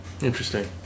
Interesting